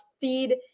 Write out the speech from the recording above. feed